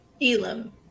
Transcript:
Elam